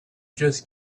just